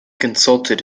consulted